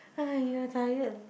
!aiya! tired